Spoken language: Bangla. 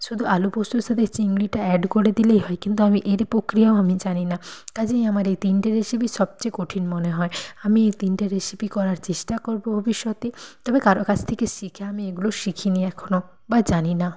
শুধু আলু পোস্তর সাথে চিংড়িটা অ্যাড করে দিলেই হয় কিন্তু আমি এর প্রক্রিয়াও আমি জানি না কাজেই আমার এই তিনটে রেসিপি সবচেয়ে কঠিন মনে হয় আমি এই তিনটে রেসিপি করার চেষ্টা করবো ভবিষ্যতে তবে কারুর কাছ থেকে শিখে আমি এগুলো শিখিনি এখনও বা জানি না